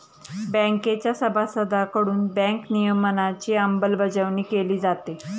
बँकेच्या सभासदांकडून बँक नियमनाची अंमलबजावणी केली जाते